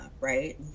right